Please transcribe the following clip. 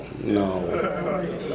no